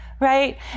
right